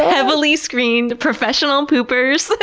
heavily screened professional poopers. like